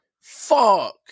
Fuck